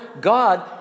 God